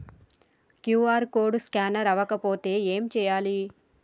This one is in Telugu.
క్యూ.ఆర్ కోడ్ స్కానర్ అవ్వకపోతే ఏం చేయాలి?